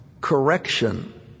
correction